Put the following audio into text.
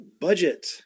budget